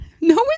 No